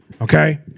Okay